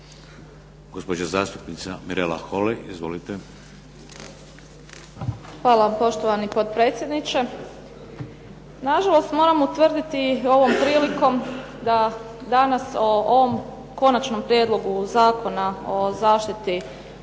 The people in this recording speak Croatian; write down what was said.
Gospođa zastupnica Mirela Holy. Izvolite. **Holy, Mirela (SDP)** Hvala poštovani potpredsjedniče, na žalost moram utvrditi ovom prilikom da danas o ovom Konačnom prijedlogu zakona o zaštiti u obitelji